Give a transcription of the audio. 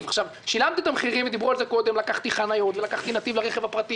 זה אירוע שקורה מהר, בזול, עם הפגיעה